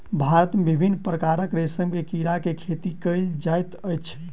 भारत मे विभिन्न प्रकारक रेशम के कीड़ा के खेती कयल जाइत अछि